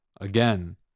again